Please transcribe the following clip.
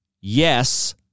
yes